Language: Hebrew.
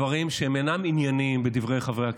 לדברים שהם אינם ענייניים בדברי חברי הכנסת,